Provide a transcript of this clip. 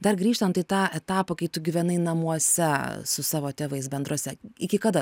dar grįžtant į tą etapą kai tu gyvenai namuose su savo tėvais bendruose iki kada